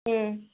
ହୁଁ